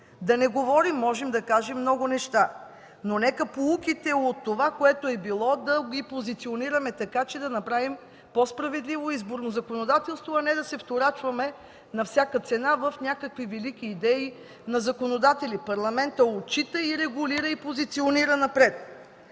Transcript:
Да не говорим, можем да кажем много неща. Но нека поуките от това, което е било, да ги позиционираме така, че да направим по-справедливо изборно законодателство, а не да се вторачваме на всяка цена в някакви велики идеи на законодатели. Парламентът отчита, регулира и позиционира напред.